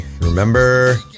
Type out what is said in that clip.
Remember